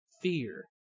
fear